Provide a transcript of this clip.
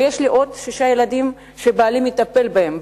ויש לי עוד שישה ילדים שבעלי מטפל בהם,